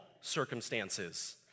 circumstances